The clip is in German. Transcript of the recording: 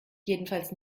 jedenfalls